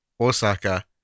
Osaka